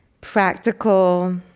practical